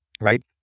right